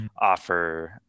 offer